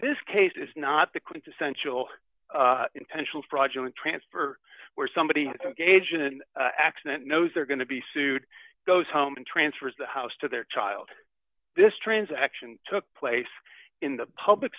this case is not the quintessential intentional fraudulent transfer where somebody gaijin an accident knows they're going to be sued goes home and transfers the house to their child this transaction took place in the public